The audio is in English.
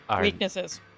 Weaknesses